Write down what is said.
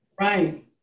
Right